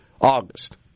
August